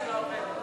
מרצ לסעיף 5(2)